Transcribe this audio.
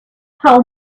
how